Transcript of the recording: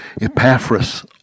Epaphras